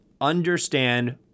understand